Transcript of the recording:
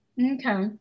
Okay